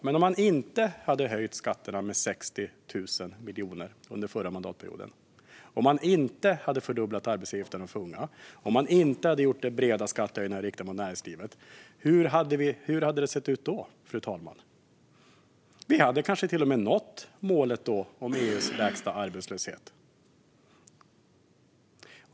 Men om man inte hade höjt skatterna med 60 000 miljoner under förra mandatperioden, om man inte hade fördubblat arbetsgivaravgifterna för unga och om man inte hade gjort breda skattehöjningar riktade mot näringslivet, hur hade det sett ut då? Vi hade kanske till och med nått målet om EU:s lägsta arbetslöshet.